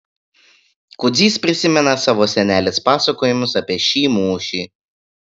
kudzys prisimena savo senelės pasakojimus apie šį mūšį